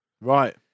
Right